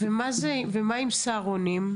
ומה עם סהרונים?